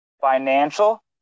financial